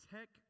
Tech